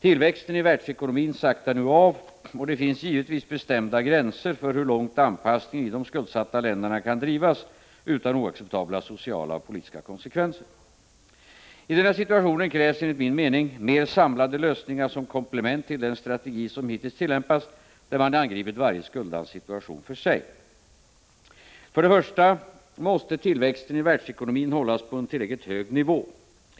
Tillväxten i världsekonomin saktar nu av, och det finns givetvis bestämda gränser för hur långt anpassningen i de skuldsatta länderna kan drivas utan oacceptabla sociala och politiska konsekvenser. I denna situation krävs enligt min mening mer samlade lösningar som komplement till den strategi som hittills tillämpats där man angripit varje skuldlands situation för sig. För det första måste tillväxten i världsekonomin hållas på en tillräckligt hög nivå.